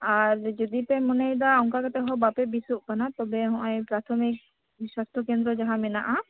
ᱟᱨ ᱡᱩᱫᱤ ᱯᱮ ᱢᱚᱱᱮᱭᱮᱫᱟ ᱚᱱᱠᱟ ᱠᱟᱛᱮ ᱦᱚᱸ ᱵᱟᱯᱮ ᱵᱮᱥᱚᱜ ᱠᱟᱱᱟ ᱛᱚᱵᱮ ᱱᱚᱜᱚᱭ ᱯᱨᱟᱛᱷᱳᱢᱤᱠ ᱥᱟᱥᱛᱷᱚ ᱠᱮᱱᱰᱨᱚ ᱡᱟᱦᱟ ᱢᱮᱱᱟᱜᱼᱟ